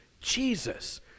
Jesus